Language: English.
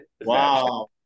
Wow